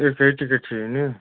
एक फेर टिकट चहिए न